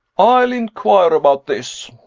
i'll enquire about this.